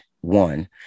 One